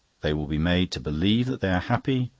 they will be made to believe that they are happy,